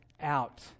out